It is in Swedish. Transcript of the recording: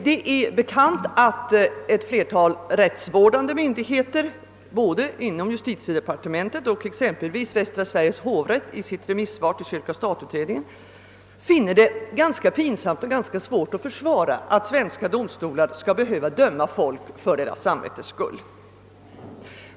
Det är bekant att flera rättsvårdande myndigheter under justitiedepartementet exempelvis hovrätten över västra Sverige i sitt remissvar till kyrka—statutredningen, finner det ganska pinsamt och svårt att försvara att svenska domstolar skall behöva döma människor för deras samvetens skull.